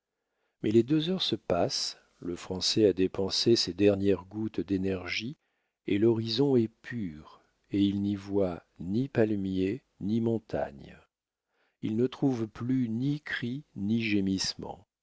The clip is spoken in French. mais les deux heures se passent le français a dépensé ses dernières gouttes d'énergie et l'horizon est pur et il n'y voit ni palmiers ni montagnes il ne trouve plus ni cris ni